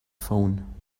phone